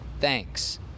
thanks